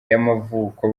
yamavuko